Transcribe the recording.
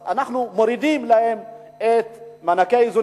אנחנו מורידים להם את מענקי האיזון,